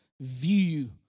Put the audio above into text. view